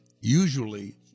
usually